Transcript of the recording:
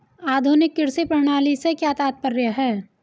आधुनिक कृषि प्रणाली से क्या तात्पर्य है?